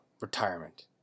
retirement